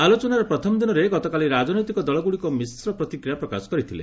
ଆଲୋଚନାର ପ୍ରଥମ ଦିନରେ ଗତକାଲି ରାଜନୈତିକ ଦଳଗୁଡ଼ିକ ମିଶ୍ର ପ୍ରତିକ୍ରିୟା ପ୍ରକାଶ କରିଥିଲେ